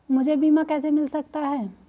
मुझे बीमा कैसे मिल सकता है?